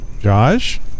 Josh